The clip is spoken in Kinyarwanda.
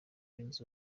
yunze